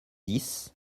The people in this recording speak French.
dix